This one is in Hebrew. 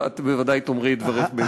אבל את בוודאי תאמרי את דברך בהמשך.